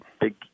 Big